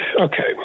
Okay